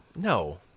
no